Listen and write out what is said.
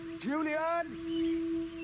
Julian